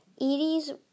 Eddies